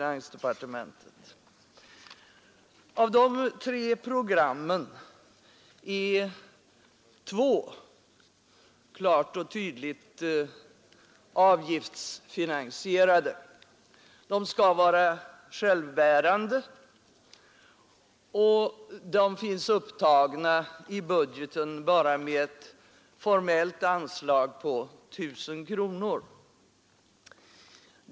Av de tre programmen är två klart och tydligt avgiftsfinansierade. De skall vara självbärande och finns upptagna i budgeten med bara ett formellt anslag på 1 000 kronor.